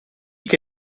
che